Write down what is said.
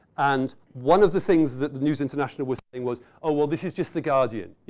and one of the things that the news international was saying was, oh, well this is just the guardian.